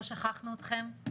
לא שכחנו אתכן,